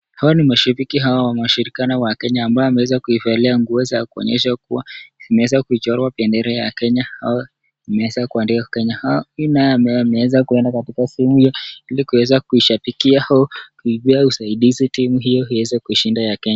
hawa ni mashabiki hawa wameshirikiana wakenya ambaye wameweza kuvalia nguo za kuonyesha kuwa inawachorwa bendera ya kenya au, imeweza kuandikwa kenya. hii naye wameweza kuenda sehemu hiyo ilikuweza kushabikia au kupea usaidizi timu hiyo iweze kushinda ya kenya.